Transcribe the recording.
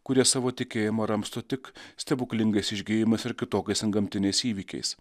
kurie savo tikėjimą ramsto tik stebuklingais išgijimais ir kitokiais antgamtiniais įvykiais